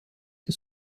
des